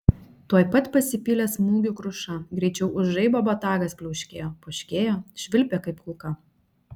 tuoj pat pasipylė smūgių kruša greičiau už žaibą botagas pliauškėjo poškėjo švilpė kaip kulka